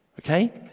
okay